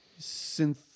synth